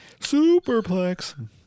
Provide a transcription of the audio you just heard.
Superplex